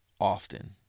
often